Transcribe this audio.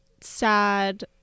sad